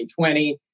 2020